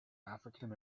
african